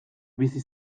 bizi